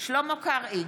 שלמה קרעי,